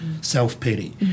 self-pity